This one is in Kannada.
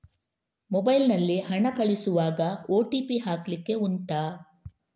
ಮೊಬೈಲ್ ನಲ್ಲಿ ಹಣ ಕಳಿಸುವಾಗ ಓ.ಟಿ.ಪಿ ಹಾಕ್ಲಿಕ್ಕೆ ಉಂಟಾ